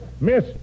Miss